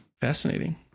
Fascinating